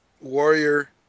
warrior